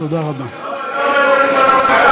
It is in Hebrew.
אף שהוא ישן עכשיו.